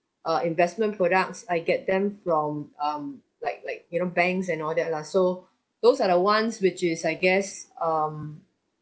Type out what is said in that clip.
uh investment products I get them from um like like you know banks and all that lah so those are the ones which is I guess um